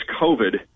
COVID